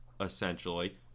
essentially